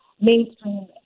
mainstream